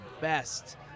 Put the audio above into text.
best